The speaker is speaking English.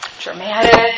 dramatic